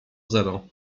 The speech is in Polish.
zero